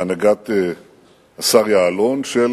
בהנהגת השר יעלון, של